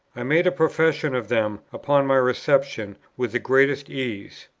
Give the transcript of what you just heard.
i made a profession of them upon my reception with the greatest ease,